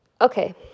Okay